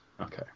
Okay